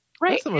right